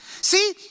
See